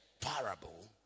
parable